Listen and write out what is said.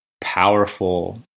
powerful